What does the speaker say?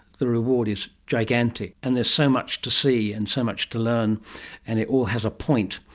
the reward is gigantic, and there's so much to see and so much to learn and it all has a point.